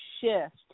shift